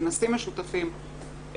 כנסים משותפים,